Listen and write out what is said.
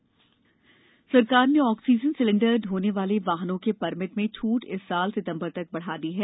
oxygen cylinder सरकार ने oxygen cylinder ढ़ोने वाले वाहनों के परमिट में छूट इस वर्ष सितंबर तक बढा दी है